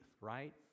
right